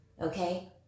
okay